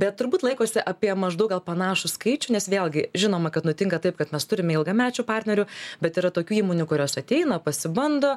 bet turbūt laikosi apie maždaug gal panašų skaičių nes vėlgi žinoma kad nutinka taip kad mes turime ilgamečių partnerių bet yra tokių įmonių kurios ateina pasibando